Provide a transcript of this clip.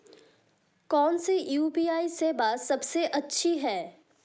कौन सी यू.पी.आई सेवा सबसे अच्छी है?